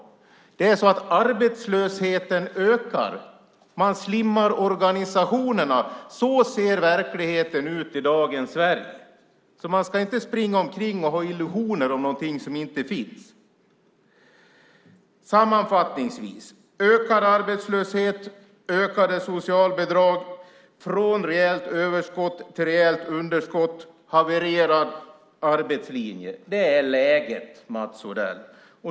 Arbetslösheten ökar. Man slimmar organisationerna. Så ser verkligheten ut i dagens Sverige. Man ska inte springa omkring med illusioner om något som inte finns. Ökad arbetslöshet. Ökade socialbidrag. Från rejält överskott till rejält underskott. Havererad arbetslinje. Det är läget, Mats Odell.